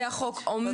הכול נקנה היום בכסף.